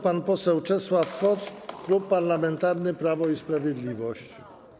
Pan poseł Czesław Hoc, Klub Parlamentarny Prawo i Sprawiedliwość.